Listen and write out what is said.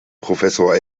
professor